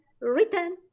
written